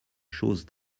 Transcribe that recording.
chose